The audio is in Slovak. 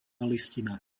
listina